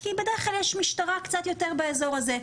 כי בדרך כלל יש משטרה קצת יותר באזור הזה,